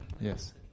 Yes